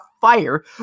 fire